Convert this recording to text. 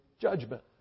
judgment